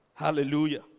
Hallelujah